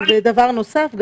דבר נוסף,